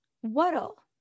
What'll